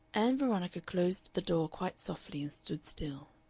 ann veronica closed the door quite softly and stood still.